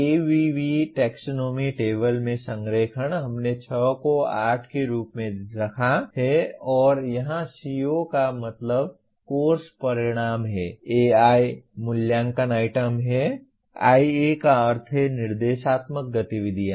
ABV taxonomy table में संरेखण हमने 6 को 8 के रूप में रखा है और यहां CO का मतलब कोर्स परिणाम है AI मूल्यांकन आइटम है IA का अर्थ है निर्देशात्मक गतिविधियां